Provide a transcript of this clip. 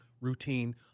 routine